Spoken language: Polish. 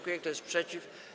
Kto jest przeciw?